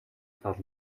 тал